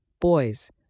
Boys